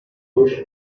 bush